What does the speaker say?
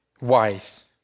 wise